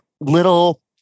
little